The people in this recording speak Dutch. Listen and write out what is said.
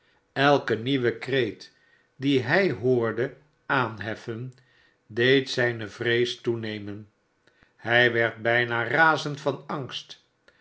elke nieuwe kreet dien hij hoorde aanheffen deed zijne vrees toenemen hij werd bijna razend van angst